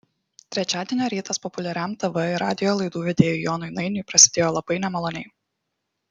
trečiadienio rytas populiariam tv ir radijo laidų vedėjui jonui nainiui prasidėjo labai nemaloniai